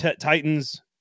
Titans